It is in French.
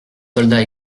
soldats